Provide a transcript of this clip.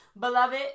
Beloved